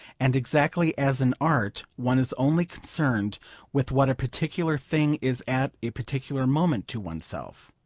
and exactly as in art one is only concerned with what a particular thing is at a particular moment to oneself,